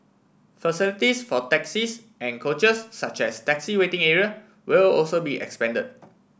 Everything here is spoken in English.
facilities for taxis and coaches such as taxi waiting area will also be expanded